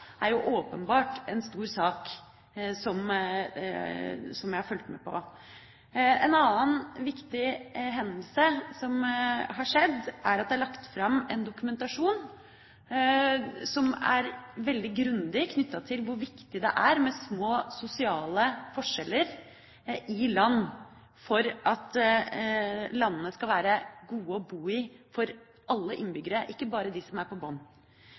er åpenbart en stor sak, som jeg har fulgt med på. En annen viktig hendelse er at det er lagt fram en dokumentasjon som er veldig grundig, av hvor viktig det er med små sosiale forskjeller i et land for at landet skal være godt å bo i for alle innbyggerne, ikke bare de som er på